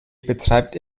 betreibt